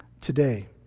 today